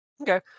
Okay